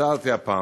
שקיצרתי הפעם,